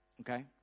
Okay